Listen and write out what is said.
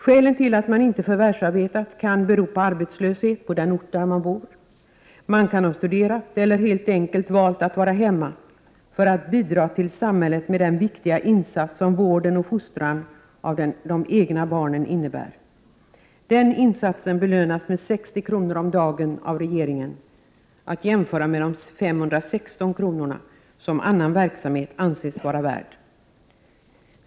Skälen till att man inte har förvärvsarbetat kan vara arbetslöshet på den ort där man bor, man kan ha studerat eller helt enkelt valt att vara hemma för att bidra till samhället med den viktiga insats som vården och fostran av de egna barnen innebär. Den insatsen belönas med 60 kr. om dagen av regeringen, att jämföra med de 516 kr. som annan verksamhet anses vara värd.